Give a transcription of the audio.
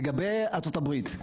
לגבי ארצות הברית,